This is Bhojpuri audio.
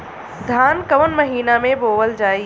धान कवन महिना में बोवल जाई?